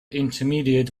intermediate